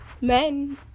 Men